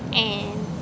and